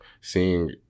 seeing